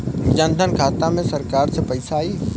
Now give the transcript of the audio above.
जनधन खाता मे सरकार से पैसा आई?